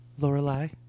Lorelai